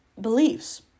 beliefs